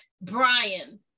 Brian